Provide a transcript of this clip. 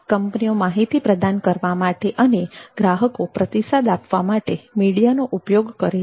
કંપનીઓ માહિતી પ્રદાન કરવા માટે અને ગ્રાહકો પ્રતિસાદ આપવા માટે મીડિયાનો ઉપયોગ કરે છે